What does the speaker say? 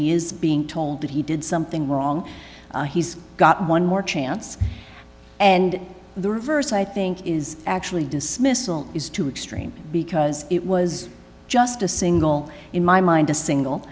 he is being told that he did something wrong he's got one more chance and the reverse i think is actually dismissal is too extreme because it was just a single in my mind a single